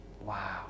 wow